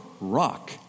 rock